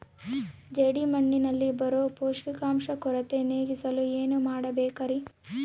ಜೇಡಿಮಣ್ಣಿನಲ್ಲಿ ಬರೋ ಪೋಷಕಾಂಶ ಕೊರತೆ ನೇಗಿಸಲು ಏನು ಮಾಡಬೇಕರಿ?